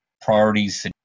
priorities